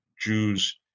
Jews